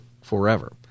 forever